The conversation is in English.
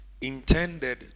intended